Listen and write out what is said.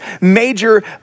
major